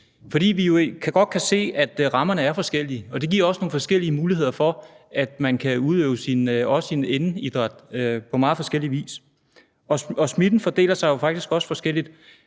fordi vi jo godt kan se, at rammerne er forskellige, og det giver også nogle muligheder for, at man kan udøve sin indeidræt på meget forskellig vis. Smitten fordeler sig jo faktisk også forskelligt,